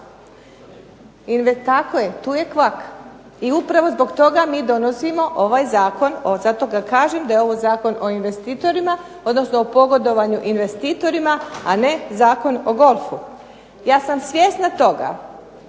sada tu je kvaka. I upravo zbog toga mi donosimo ovaj zakon, zato kažem da je ovaj zakon o investitorima, odnosno o pogodovanju investitorima, a ne Zakon o golfu. Ja sam svjesna toga,